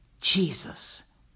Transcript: Jesus